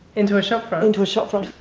into a shopfront. into a shopfront.